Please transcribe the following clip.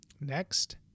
Next